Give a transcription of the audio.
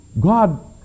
God